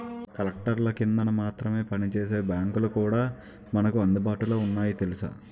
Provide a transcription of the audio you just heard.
కలెక్టర్ల కిందన మాత్రమే పనిచేసే బాంకులు కూడా మనకు అందుబాటులో ఉన్నాయి తెలుసా